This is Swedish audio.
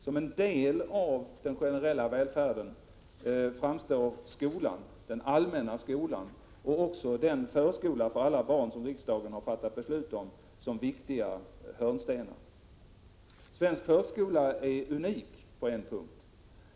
Som en bit av den generella välfärden framstår den allmänna skolan och den förskola för alla barn som riksdagen har fattat beslut om såsom viktiga hörnstenar. Svensk förskola är unik på en punkt.